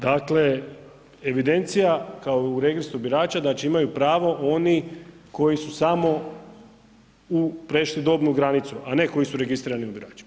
Dakle, evidencija kao u Registru birača, znači imaju pravo oni koji su samo prešli dobnu granicu a ne koji su registrirani birači.